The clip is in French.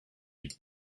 huit